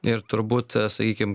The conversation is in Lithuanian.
ir turbūt sakykim